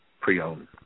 pre-owned